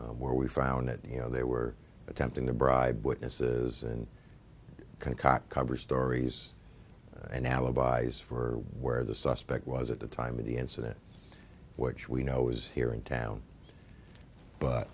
where we found that you know they were attempting to bribe witnesses and concoct cover stories and alibis for where the suspect was at the time of the incident which we know was here in town but